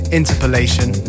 interpolation